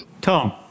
Tom